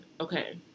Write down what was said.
okay